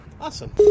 Awesome